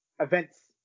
events